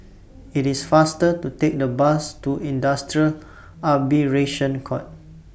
IT IS faster to Take The Bus to Industrial Arbitration Court